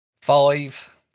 Five